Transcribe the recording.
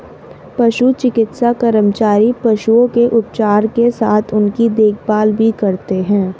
पशु चिकित्सा कर्मचारी पशुओं के उपचार के साथ उनकी देखभाल करते हैं